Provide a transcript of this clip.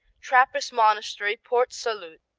trappist monastery port-salut